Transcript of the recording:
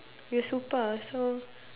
you're super so